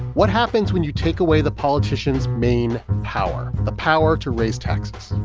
what happens when you take away the politicians' main power, the power to raise taxes?